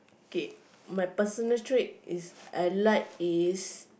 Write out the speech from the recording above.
K my personal trait is I like is